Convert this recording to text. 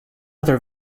other